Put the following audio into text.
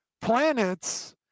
planets